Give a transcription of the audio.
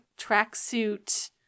tracksuit